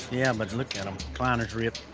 yeah, but look at them. recliner's ripped.